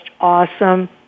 awesome